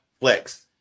Flex